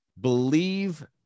Believe